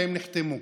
והם נחתמו.